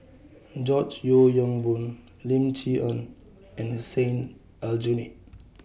George Yeo Yong Boon Lim Chee Onn and Aljunied